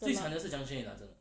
对 mah